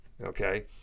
okay